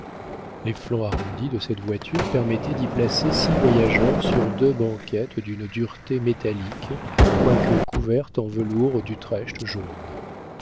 les flancs arrondis de cette voiture permettaient d'y placer six voyageurs sur deux banquettes d'une dureté métallique quoique couvertes de velours d'utrecht jaune